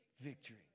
Victory